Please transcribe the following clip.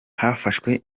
hafashwe